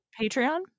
Patreon